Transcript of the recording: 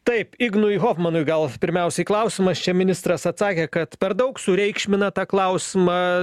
taip ignui hofmanui gal pirmiausiai klausimas čia ministras atsakė kad per daug sureikšmina tą klausimą